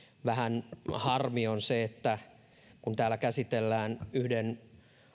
vähän harmi on se että kun täällä käsitellään yhden